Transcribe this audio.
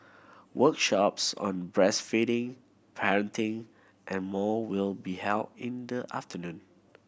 workshops on breastfeeding parenting and more will be held in the afternoon